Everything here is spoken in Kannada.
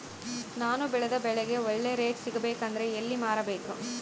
ನಾನು ಬೆಳೆದ ಬೆಳೆಗೆ ಒಳ್ಳೆ ರೇಟ್ ಸಿಗಬೇಕು ಅಂದ್ರೆ ಎಲ್ಲಿ ಮಾರಬೇಕು?